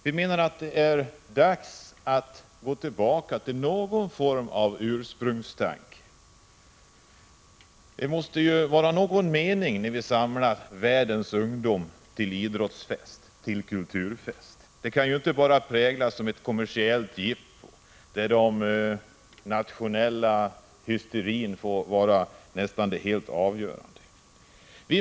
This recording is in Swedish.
Vi anser att det är dags att återvända till något av ursprungstanken med de olympiska spelen. Det måste på ett annat sätt bli meningsfullt när vi samlar världens ungdom till idrottsfest, till kulturfest. En sådan fest får inte bara ha prägeln av ett kommersiellt jippo, där den nationella hysterin blir det nästan helt avgörande.